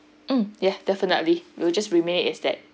mm ya definitely we will just remain it as that